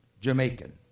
Jamaican